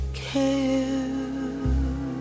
care